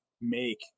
make